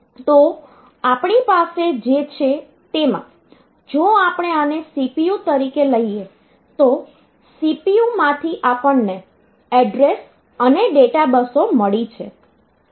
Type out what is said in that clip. તો આપણી પાસે જે છે તેમાં જો આપણે આને CPU તરીકે લઈએ તો CPU માંથી આપણને એડ્રેસ અને ડેટા બસો મળી છે